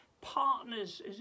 partners